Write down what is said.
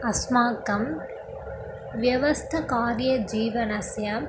अस्माकं व्यवस्थकार्यजीवनस्य